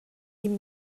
ihm